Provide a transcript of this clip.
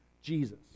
Jesus